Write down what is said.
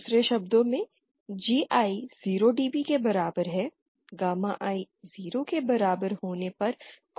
दूसरे शब्दों में GI 0dB के बराबर है गामा i 0 के बराबर होने पर कोई गेन नहीं है